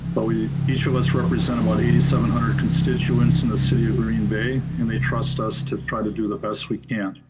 but we, each of us represent about eight thousand seven hundred constituents in the city of green bay and they trust us to try to do the best we can.